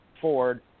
Ford